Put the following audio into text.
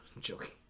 joking